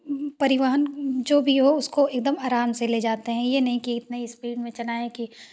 परिवहन जो भी हो उसको वो आराम से ले जाते हैं ये नहीं कि इतना स्पीड में चलाएँ कि